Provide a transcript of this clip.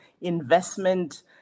investment